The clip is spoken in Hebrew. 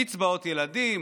קצבאות ילדים,